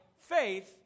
faith